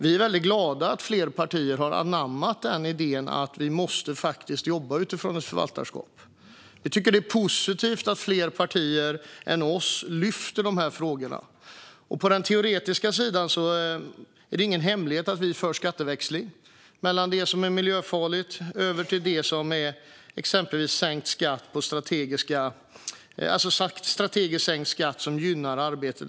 Vi är väldigt glada att fler partier har anammat idén att man faktiskt måste jobba utifrån ett förvaltarskap. Vi tycker att det är positivt att fler partier än vårt lyfter fram dessa frågor. På den teoretiska sidan är det ingen hemlighet att vi är för skatteväxling från det som är miljöfarligt till exempelvis strategiskt sänkt skatt som gynnar arbete.